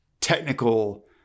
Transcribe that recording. technical